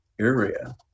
area